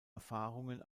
erfahrungen